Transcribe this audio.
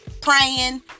praying